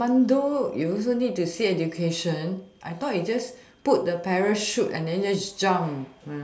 commando you also need to see education I thought is jump put the parachute and just jump